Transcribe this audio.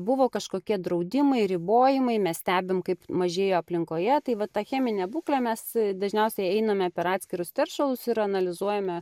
buvo kažkokie draudimai ribojimai mes stebim kaip mažėjo aplinkoje tai va tą cheminę būklę mes dažniausiai einame per atskirus teršalus ir analizuojame